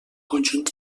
conjunt